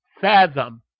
fathom